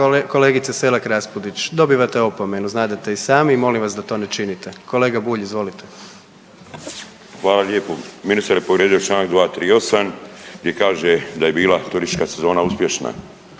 kolegice Selak Raspudić, dobivate opomenu, znadete i sami i molim vas da to ne činite. Kolega Bulj, izvolite. **Bulj, Miro (MOST)** Hvala lijepo. Ministar je povrijedio čl. 238. gdje kaže da je bila turistička sezona uspješna.